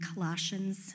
Colossians